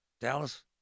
Dallas